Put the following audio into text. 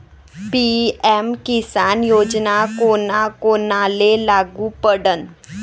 PM Kisan योजना कोना कोनाले लागू पडन?